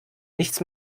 nichts